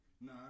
No